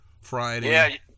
Friday